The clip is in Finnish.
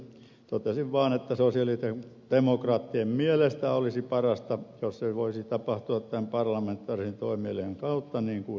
toteaisin vaan että sosialidemokraattien mielestä olisi parasta jos uudistus voisi tapahtua tämän parlamentaarisen toimielimen kautta niin kuin esitimme